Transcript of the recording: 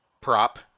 prop